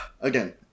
again